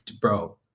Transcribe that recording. bro